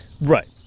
Right